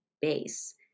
base